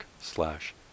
slash